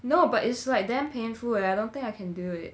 no but it's like damn painful and I don't think I can do it